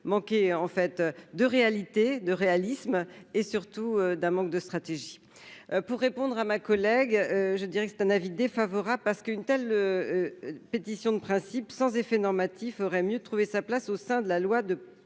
manquer en fait de réalités de réalisme et surtout d'un manque de stratégie. Pour répondre à ma collègue, je dirais que c'est un avis défavorable, parce qu'une telle pétition de principe sans effet normatif aurait mieux trouver sa place au sein de la loi de